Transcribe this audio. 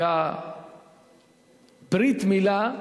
שברית-מילה,